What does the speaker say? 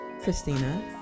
christina